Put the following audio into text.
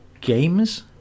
games